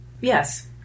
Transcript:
Yes